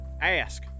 ask